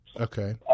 Okay